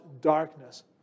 darkness